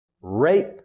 Rape